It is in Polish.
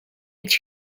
być